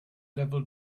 devil